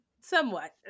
somewhat